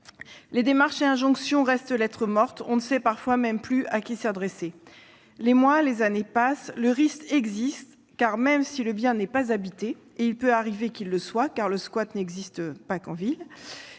Les démarches et injonctions restent lettre morte. On ne sait parfois même plus à qui s'adresser. Les mois, les années passent, et le risque existe, car, même si le bien n'est pas habité- et il peut arriver qu'il le soit, les squats n'existant pas qu'en ville